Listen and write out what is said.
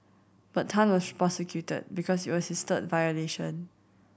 but Tan was prosecuted because it was his third violation